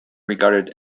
regarded